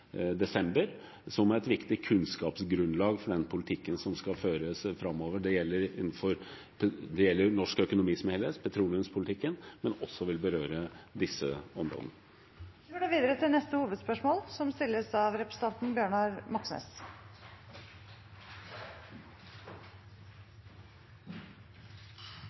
desember – et viktig kunnskapsgrunnlag for den politikken som skal føres framover. Det gjelder norsk økonomi som helhet og petroleumspolitikken, men vil også berøre disse områdene. Vi går videre til neste hovedspørsmål. La oss snakke om elefanten i rommet, det som